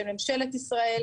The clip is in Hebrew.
של ממשלת ישראל,